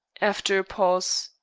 after a pause.